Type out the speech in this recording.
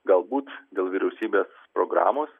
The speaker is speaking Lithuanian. galbūt dėl vyriausybės programos